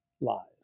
lies